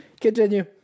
Continue